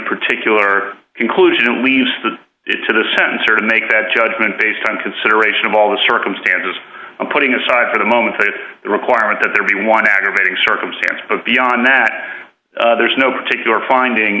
particular conclusion and we use the it to the sentence or to make that judgment based on consideration of all the circumstances putting aside for the moment of the requirement that there be one aggravating circumstance but beyond that there is no particular finding